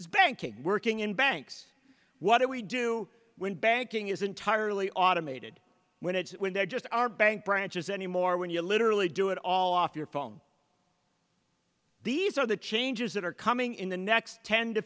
banking working in banks what do we do when banking is entirely automated when it's when there just aren't bank branches anymore when you literally do it all off your phone these are the changes that are coming in the next ten to